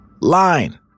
Line